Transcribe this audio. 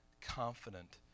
confident